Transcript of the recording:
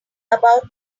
about